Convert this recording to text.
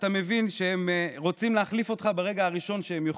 שאתה מבין שהם רוצים להחליף אותך ברגע הראשון שהם יוכלו.